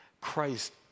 Christ